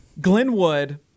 Glenwood